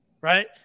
Right